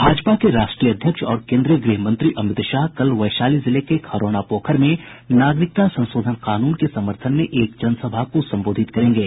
भाजपा के राष्ट्रीय अध्यक्ष और केन्द्रीय गृह मंत्री अमित शाह कल वैशाली जिले के खरौना पोखर में नागरिकता संशोधन कानून के समर्थन में एक जनसभा को संबोधित करेंगे